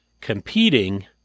competing